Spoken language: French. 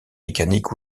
mécaniques